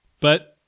but-